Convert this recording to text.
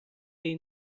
این